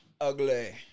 ugly